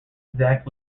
exact